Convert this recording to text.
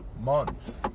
months